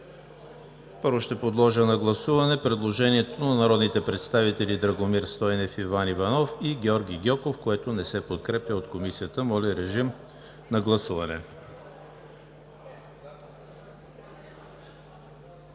Подлагам на гласуване предложението на народните представители Драгомир Стойнев, Иван Иванов и Георги Гьоков, което не се подкрепя от Комисията. Гласували